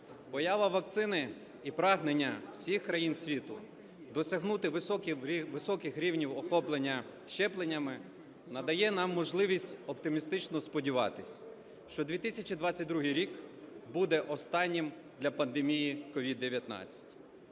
Поява вакцини і прагнення всіх країн світу досягнути високих рівнів охоплення щепленнями надає нам можливість оптимістично сподіватися, що 2022 рік буде останнім для пандемії COVID-19.